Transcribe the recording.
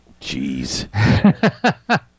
Jeez